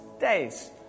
days